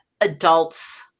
adults